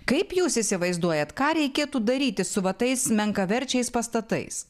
kaip jūs įsivaizduojat ką reikėtų daryti su va tais menkaverčiais pastatais